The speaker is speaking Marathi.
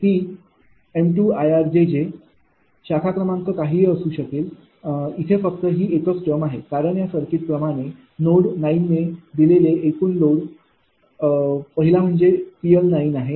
𝑃m2𝐼𝑅𝑗𝑗 शाखा क्रमांक काहीही असू शकेल इथे फक्त ही एकच टर्म आहे कारण या सर्किट प्रमाणे नोड 9 ने दिलेले एकूण लोड पाहिला म्हणजे PL आहे